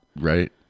Right